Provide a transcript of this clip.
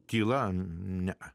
tyla ne